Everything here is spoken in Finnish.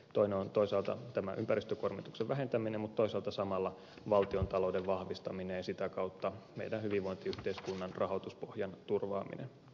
toinen on toisaalta tämä ympäristökuormituksen vähentäminen mutta toisaalta samalla valtiontalouden vahvistaminen ja sitä kautta meidän hyvinvointiyhteiskuntamme rahoituspohjan turvaaminen